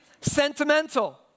sentimental